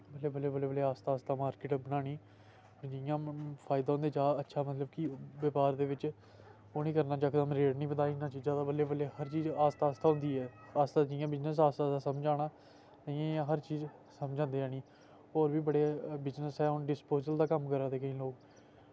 बल्लें बल्लें बल्लें आस्तै आस्तै मार्किट बनानी जि'यां फायदा होंदा जा अच्छा मतलब कि बपार दे बिच ओह् निं करना यकदम रेट निं बधाई ओड़ना चीज़ दा बल्लें बल्लें हर चीज़ आस्तै आस्तै होंदी ऐ आस्तै जियां बिज़नस आस्ता आस्तै समझाना इ'यां इ'यां हर चीज़ समझ औंदी जानी होर बी बड़े बिज़नस ऐं हून डिस्पोज़ल दा कम्म करा दा केईं लोग